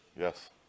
Yes